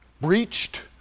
breached